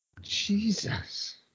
jesus